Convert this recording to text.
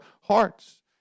hearts